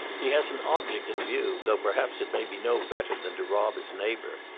he has an object in view though perhaps it may be no better than to rob his neighbour.